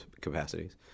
capacities